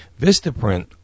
Vistaprint